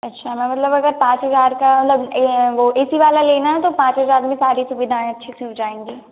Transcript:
अच्छा मैम मतलब अगर पाँच हज़ार का मतलब वह ए सी वाला लेना है तो पाँच हज़ार में सारी सुविधाएँ अच्छे से हो जाएँगी